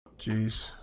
Jeez